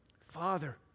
Father